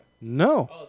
No